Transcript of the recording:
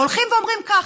הולכים ואומרים כך.